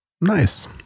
nice